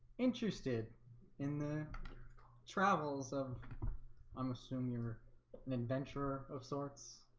interested in the travels of i'm assuming youre an adventurer of sorts?